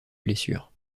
blessures